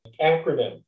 acronym